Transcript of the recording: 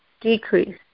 decrease